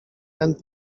ten